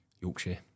Yorkshire